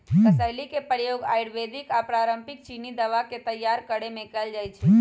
कसेली के प्रयोग आयुर्वेदिक आऽ पारंपरिक चीनी दवा के तइयार करेमे कएल जाइ छइ